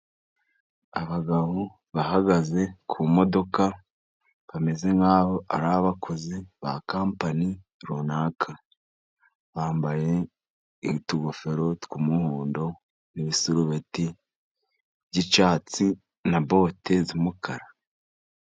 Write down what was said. Abagabo bahagaze ku modoka, bameze nk’aho ari abakozi ba kampani runaka, bambaye utugofero tw’umuhondo, n’ibisarubeti by’icyatsi, na bote z’umukara.